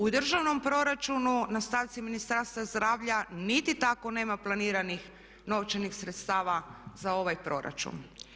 U državnom proračunu na stavci Ministarstva zdravlja niti tako nema planiranih novčanih sredstava za ovaj proračun.